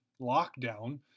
lockdown